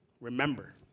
Remember